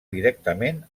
directament